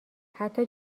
حتی